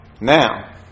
Now